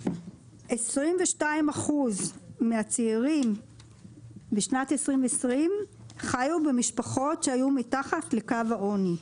22% מהצעירים בשנת 2020 חיו במשפחות שהיו מתחת לקו העוני,